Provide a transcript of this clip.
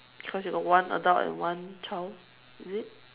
cause you got one adult and one child is it